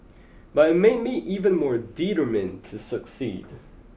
but it made me even more determined to succeed